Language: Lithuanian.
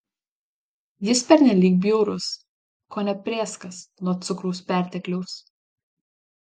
jis pernelyg bjaurus kone prėskas nuo cukraus pertekliaus